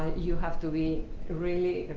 you have to be really,